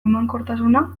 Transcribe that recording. emankortasuna